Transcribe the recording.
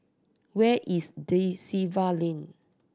where is Da Silva Lane